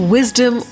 Wisdom